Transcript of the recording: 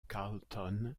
carleton